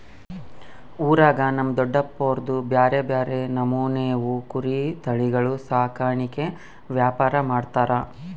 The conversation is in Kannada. ಊರಾಗ ನಮ್ ದೊಡಪ್ನೋರ್ದು ಬ್ಯಾರೆ ಬ್ಯಾರೆ ನಮೂನೆವು ಕುರಿ ತಳಿಗುಳ ಸಾಕಾಣಿಕೆ ವ್ಯಾಪಾರ ಮಾಡ್ತಾರ